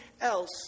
else